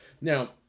Now